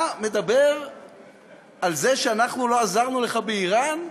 אתה מדבר על זה שאנחנו לא עזרנו לך באיראן,